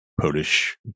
Polish